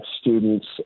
students